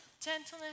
gentleness